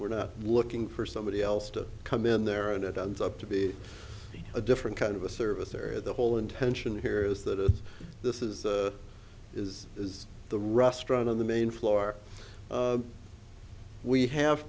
we're not looking for somebody else to come in there and it ends up to be a different kind of a service or the whole intention here is that this is is is the restaurant on the main floor we have